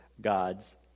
God's